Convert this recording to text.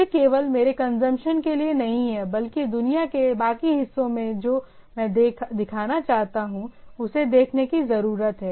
यह केवल मेरे कंजप्शन के लिए नहीं है बल्कि दुनिया के बाकी हिस्सों में जो मैं दिखाना चाहता हूं उसे देखने की जरूरत है